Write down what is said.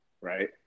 right